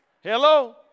Hello